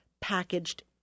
packaged